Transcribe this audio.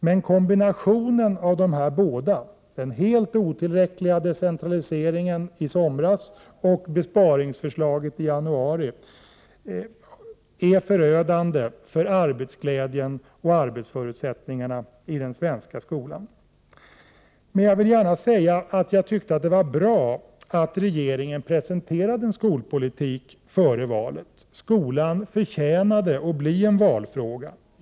Men kombinationen av dessa båda — den helt otillräckliga decentraliseringen i somras och besparingsförslaget i januari — är förödande för arbetsglädjen och 39 Men jag vill gärna säga att jag tyckte det var mycket bra att regeringen presenterade en skolproposition före valet. Skolan förtjänade att bli en valfråga.